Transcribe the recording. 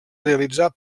realitzar